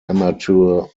amateur